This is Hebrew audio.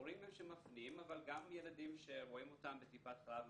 ההורים הם שמפנים אבל גם ילדים שרואים אותם בטיפת חלב,